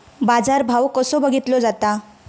बाजार भाव कसो बघीतलो जाता?